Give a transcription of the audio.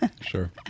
Sure